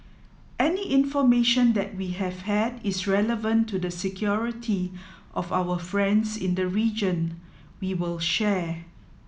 any information that we have had that is relevant to the security of our friends in the region we will share